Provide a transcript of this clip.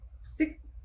six